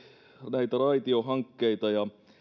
näitä raitiohankkeita ja